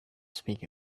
speak